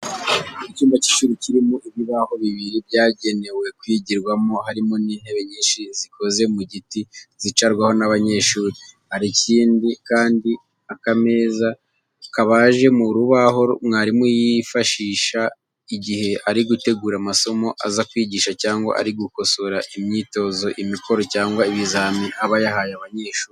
Icyumba cy'ishuri kirimo ibibaho bibiri byagenewe kwigirwaho harimo n'intebe nyinshi zikoze mu giti zicarwaho n'abanyeshuri. Hari kandi akameza kabaje mu rubaho mwarimu yifashisha igihe ari gutegura amasomo aza kwigisha cyangwa ari gukosora imyitozo, imikoro cyangwa ibizami aba yahaye abanyeshuri.